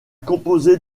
composé